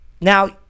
Now